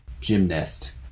gymnast